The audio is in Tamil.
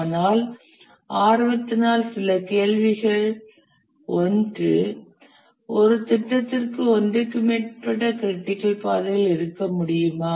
ஆனால் ஆர்வத்தினால் சில கேள்விகள் ஒன்று ஒரு திட்டத்திற்கு ஒன்றுக்கு மேற்பட்ட க்ரிட்டிக்கல் பாதைகள் இருக்க முடியுமா